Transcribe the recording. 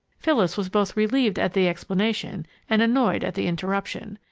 phyllis was both relieved at the explanation and annoyed at the interruption.